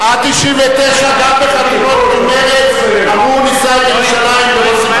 עד 1999 גם בחתונות של מרצ אמרו: נישא את ירושלים על ראש שמחתנו.